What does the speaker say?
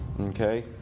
Okay